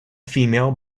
female